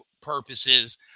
purposes